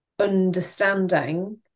understanding